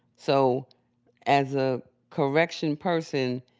so as a correction person,